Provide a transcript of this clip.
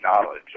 knowledge